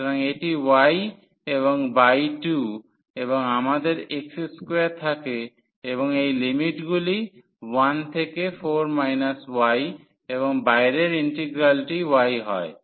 সুতরাং এটি y এবং বাই 2 এবং আমাদের x2 থাকে এবং এই লিমিটগুলি 1 থেকে 4 y এবং বাইরের ইন্টিগ্রালটি y হয়